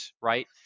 right